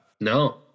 No